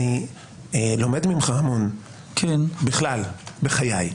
אני לומד ממך המון בכלל בחיי.